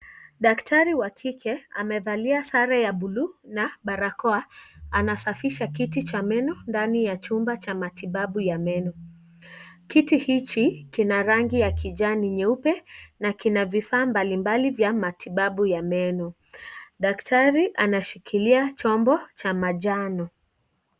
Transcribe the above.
Daktari wa kike amevalia sare ya buluu na barakoa. Anasafisha kiti cha meno ndani ya chumba cha matibabu ya meno. Kiti hichi, kina rangi ya kijani nyeupe na kina vifaa mbalimbali ya matibabu ya meno. Daktari anashikilia chombo cha manjano.